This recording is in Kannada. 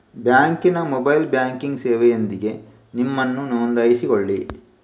ಬ್ಯಾಂಕಿನ ಮೊಬೈಲ್ ಬ್ಯಾಂಕಿಂಗ್ ಸೇವೆಯೊಂದಿಗೆ ನಿಮ್ಮನ್ನು ನೋಂದಾಯಿಸಿಕೊಳ್ಳಿ